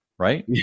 Right